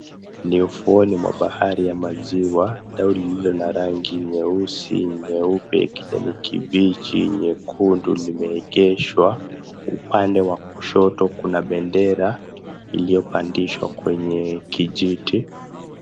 Ni ufuoni mwa bahari ama ziwa. Dau lililo na rangi nyeusi, nyeupe, kijanikibichi, nyekundu limeegeshwa. Upande wa kushoto kuna bendera iliyopandishwa kwenye kijiti.